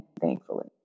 Thankfully